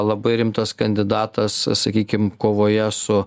labai rimtas kandidatas sakykim kovoje su